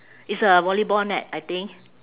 it's a volleyball net I think